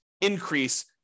increase